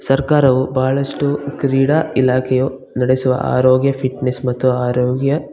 ಸರ್ಕಾರವು ಭಾಳಷ್ಟು ಕ್ರೀಡಾ ಇಲಾಖೆಯು ನಡೆಸುವ ಆರೋಗ್ಯ ಫಿಟ್ ನೆಸ್ ಮತ್ತು ಆರೋಗ್ಯ